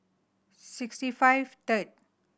sixty five third